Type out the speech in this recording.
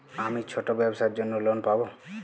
আমি ছোট ব্যবসার জন্য লোন পাব?